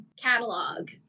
catalog